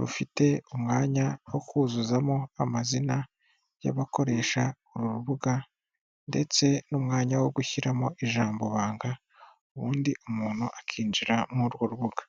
rufite umwanya wo kuzuzamo amazina y'abakoresha uru rubuga ndetse n'umwanya wo gushyiramo ijambo banga ubundi umuntu akinjira muri urwo rubuga.